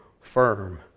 firm